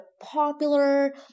popular